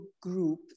group